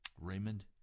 Raymond